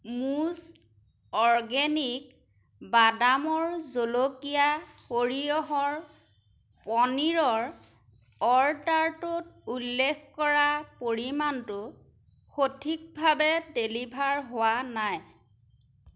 মুজ organic বাদামৰ জলকীয়া সৰিয়হৰ পনীৰৰ অৰ্ডাৰটোত উল্লেখ কৰা পৰিমাণটো সঠিকভাৱে ডেলিভাৰ হোৱা নাই